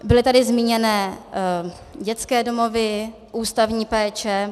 Byly tady zmíněny dětské domovy, ústavní péče.